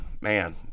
man